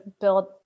build